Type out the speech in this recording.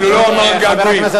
אפילו לא אומר "געגועים".